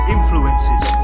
Influences